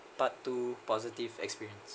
part two positive experience